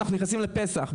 אנחנו נכנסים לפסח,